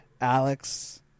Alex